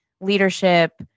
leadership